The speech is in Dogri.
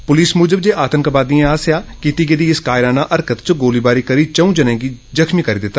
पुलस मुजब जे आंतकवादियें आस्सेया कीती गेदी इस कायराना हरकत चे गोलीबारी करी चंऊ जने गी जख्मी करी दिंता